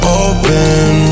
open